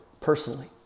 personally